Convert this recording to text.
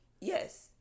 Yes